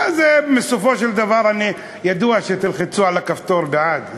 בסופו של דבר ידוע שתלחצו על הכפתור בעד,